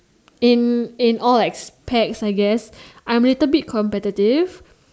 in in all aspects I guess I'm a little bit competitive